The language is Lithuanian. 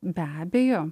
be abejo